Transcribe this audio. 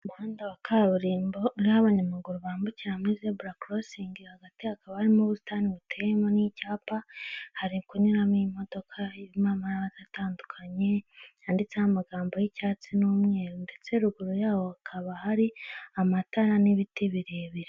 Umuhanda wa kaburimbo uriho abanyamaguru bambukira muri zebura crossing, hagati hakaba harimo ubusitani buteyemo n'icyapa, hari kunyuramo imodoka irimo amabara atandukanye, yanditseho amagambo y'icyatsi n'umweru ndetse ruguru yaho hakaba hari amatara n'ibiti birebire.